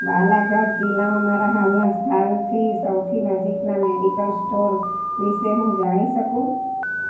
બાલાઘાટ જિલ્લામાં મારા હાલનાં સ્થાનથી સૌથી નજીકના મેડિકલ સ્ટોર વિશે હું જાણી શકું